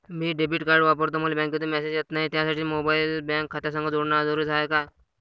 मी debit card वापरतो मले बँकेतून मॅसेज येत नाही, त्यासाठी मोबाईल बँक खात्यासंग जोडनं जरुरी हाय का?